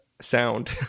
sound